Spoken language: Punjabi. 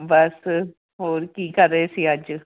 ਬਸ ਹੋਰ ਕੀ ਕਰ ਰਹੇ ਸੀ ਅੱਜ